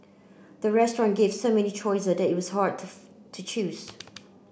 the restaurant gave so many choice that it was hard to choose